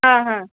हां हां